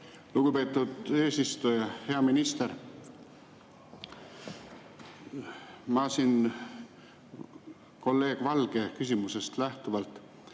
Lugupeetud eesistuja! Hea minister! Ma küsin kolleeg Valge küsimusest lähtuvalt.